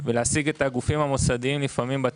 וזה קצת מסובך להשיג את הגופים המוסדיים בטלפון,